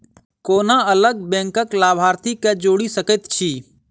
कोना अलग बैंकक लाभार्थी केँ जोड़ी सकैत छी?